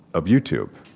of youtube.